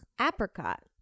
apricot